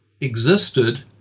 existed